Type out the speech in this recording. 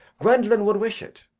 gwendolen would wish it.